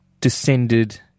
descended